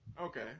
okay